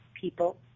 people –